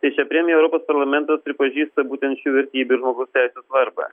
tai šia premija europos parlamentas pripažįsta būtent šių vertybių ir žmogaus teisių svarbą